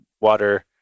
water